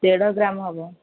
ଦେଢ଼ ଗ୍ରାମ୍ ହେବ